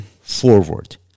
forward